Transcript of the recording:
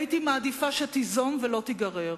הייתי מעדיפה שתיזום ולא תיגרר,